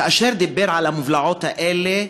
כאשר דיבר על המובלעות האלה,